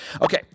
Okay